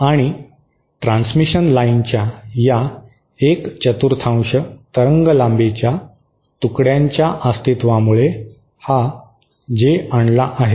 आणि ट्रान्समिशन लाइनच्या या एक चतुर्थांश तरंगलांबीच्या तुकड्यांच्या अस्तित्वामुळे हा जे आणला आहे